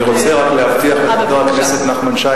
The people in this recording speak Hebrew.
אני רוצה רק להבטיח לחבר הכנסת נחמן שי